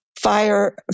Fire